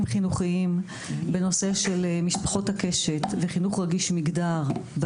חינוכיים בנושא של משפחות הקשת וחינוך רגיש מגדר,